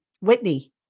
Whitney